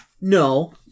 No